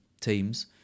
teams